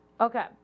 Okay